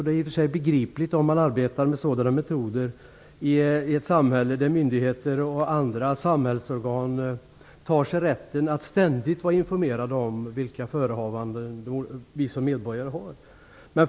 Det är i och för sig begripligt om man arbetar med sådana metoder i ett samhälle där myndigheter och andra samhällsorgan tar sig rätten att ständigt vara informerade om medborgarnas förehavanden.